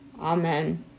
Amen